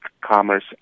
commerce